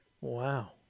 Wow